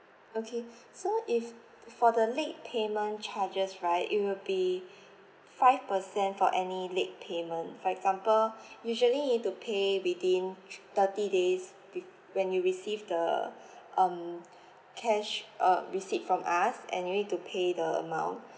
okay so if for the late payment charges right it will be five percent for any late payment for example usually you need to pay within thirty days with when you receive the um cash uh receipt from us and you need to pay the amount